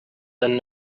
than